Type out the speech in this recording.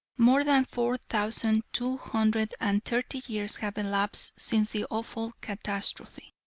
more than four thousand two hundred and thirty years have elapsed since the awful catastrophe.